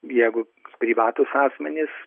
jeigu privatūs asmenys